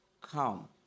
come